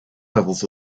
levels